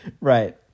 Right